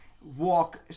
Walk